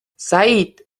سعید